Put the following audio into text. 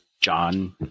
John